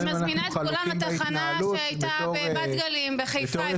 אני מזמינה את כולם לתחנה בבת גלים בחיפה --- אנחנו חלוקים בהתנהלות,